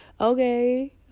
okay